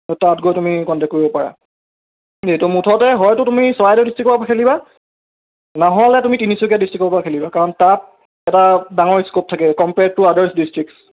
তাত গৈ তুমি কনটেক কৰিব পাৰা মুঠতে হয়তো তুমি চৰাইদেউ ডিষ্টিকৰপৰা খেলিবা নহ'লে তুমি তিনিচুকীয়া ডিষ্টিকৰপৰা খেলিবা কাৰণ তাত এটা ডাঙৰ ইস্কোপ থাকে কম্পেয়াৰড টু আডাৰ ডিষ্ট্ৰিক্চ